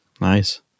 Nice